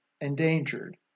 endangered